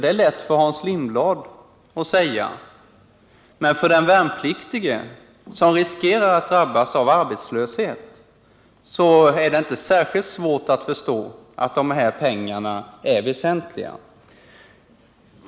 Det är lätt för honom att säga, men för den värnpliktige, som riskerar att drabbas av arbetslöshet, är det inte särskilt svårt att förstå att dessa pengar är väsentliga.